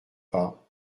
pas